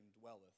dwelleth